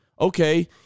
okay